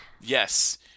Yes